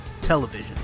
television